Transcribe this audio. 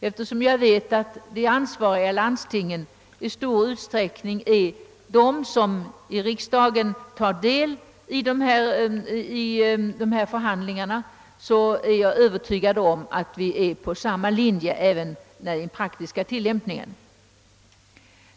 Eftersom jag vet att de ansvariga i landstingen i stor utsträckning är samma personer som de som i riksdagen deltar i detta beslut, är jag övertygad om att den mening som utskottet ger uttryck för kommer att slå igenom även i den praktiska tillämpningen.